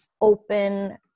open